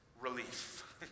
Relief